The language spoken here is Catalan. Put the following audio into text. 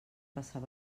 passar